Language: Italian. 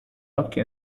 occhi